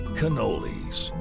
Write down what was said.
cannolis